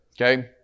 okay